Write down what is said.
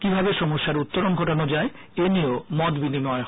কিভাবে সমস্যার উত্তরণ ঘটানো যায় এনিয়েও মত বিনিময় হয়